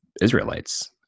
Israelites